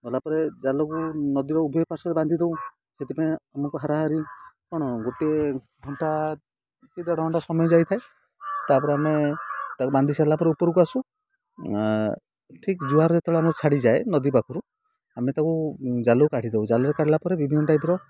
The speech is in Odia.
ଗଲା ପରେ ଜାଲକୁ ନଦୀ ର ଉଭୟ ପାର୍ଶରେ ବାନ୍ଧି ଦଉ ସେଥିପାଇଁ ଆମକୁ ହାରାହାରି କ'ଣ ଗୋଟିଏ ଘଣ୍ଟା କି ଦେଢ଼ ଘଣ୍ଟା ସମୟ ଯାଇଥାଏ ତାପରେ ଆମେ ତାକୁ ବାନ୍ଧି ସାରିଲା ପରେ ଉପରକୁ ଆସୁ ଠିକ ଯୁହାର ଯେତେବେଳେ ଆମର ଛାଡ଼ିଯାଏ ନଦୀ ପାଖରୁ ଆମେ ତାକୁ ଜାଲକୁ କାଢ଼ି ଦଉ ଜାଲରେ କାଢ଼ିଲା ପରେ ବିଭିନ୍ନ ଟାଇପର